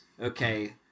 okay